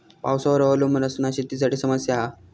पावसावर अवलंबून असना शेतीसाठी समस्या हा